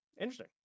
interesting